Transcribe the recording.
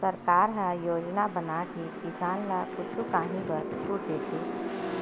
सरकार ह योजना बनाके किसान ल कुछु काही बर छूट देथे